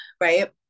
right